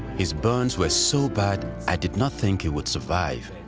his burns were so bad i did not think he would survive.